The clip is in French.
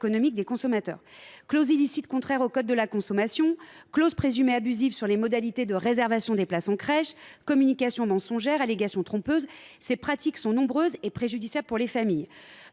des consommateurs. Clauses illicites contraires au code de la consommation, clauses présumées abusives sur les modalités de réservation des places, communications mensongères, allégations trompeuses : ces pratiques nombreuses portent préjudice aux familles.